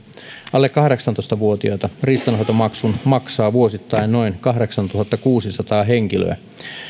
alle kahdeksantoista vuotiaista riistanhoitomaksun maksaa vuosittain noin kahdeksantuhattakuusisataa henkilöä